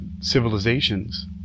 civilizations